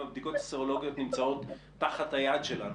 בדיקות סרולוגיות שנמצאות תחת היד שלנו?